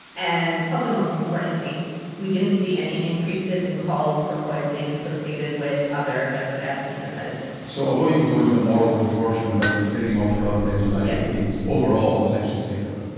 and probably most importantly we didn't see any increases in calls for poisoning associated with other benzodiazepines or sedatives. so although you could go into a moral contortion about them trading off for other benzodiazepines, overall it was actually safer,